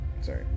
Sorry